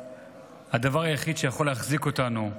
הדבר היחיד שיכול להחזיק אותנו,